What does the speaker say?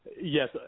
yes